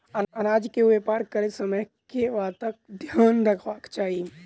अनाज केँ व्यापार करैत समय केँ बातक ध्यान रखबाक चाहि?